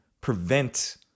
prevent